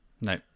No